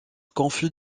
confus